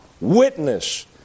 witness